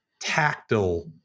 tactile